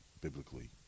biblically